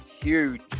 huge